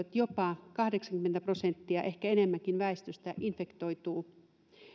että jopa kahdeksankymmentä prosenttia ehkä enemmänkin väestöstä infektoituu